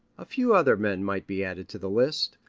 a few other men might be added to the list.